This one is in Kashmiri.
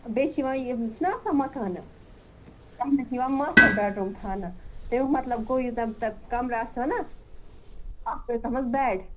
بیٚیہِ چھِ یِوان یِم چھِنا آسان مَکانہٕ تَتھ مَنٛز چھُ یِوان ماسٹَر بیٚڈ روٗم تھاونہٕ تَمِیُک مطلب گوٚو یِم تَتھ کَمرٕ آسَن نا اَکھ بنہِ تَتھ مَنٛز بیٚڈ